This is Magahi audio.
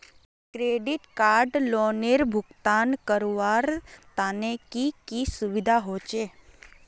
क्रेडिट कार्ड लोनेर भुगतान करवार तने की की सुविधा होचे??